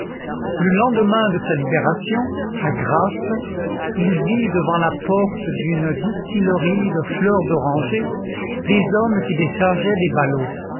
le lendemain de sa libération à grasse il vit devant la porte d'une distillerie de fleurs d'oranger des hommes qui déchargeaient des ballots